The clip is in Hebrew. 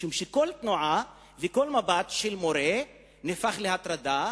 משום שכל תנועה וכל מבט של מורה נהפך להטרדה,